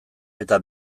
eta